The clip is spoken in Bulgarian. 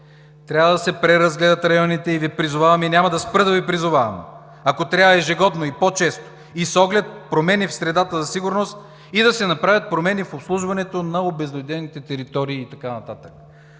Трябва да се преразгледат районите. Призовавам Ви и няма да спра да Ви призовавам, ако трябва ежегодно и по-често, и с оглед промени в средата за сигурност, да се направят промени в обслужването на обезлюдените територии и т.н.